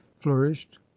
flourished